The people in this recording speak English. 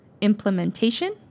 implementation